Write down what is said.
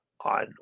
on